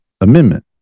Amendment